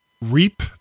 reap